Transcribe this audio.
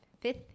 fifth